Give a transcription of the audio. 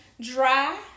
dry